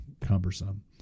cumbersome